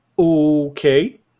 Okay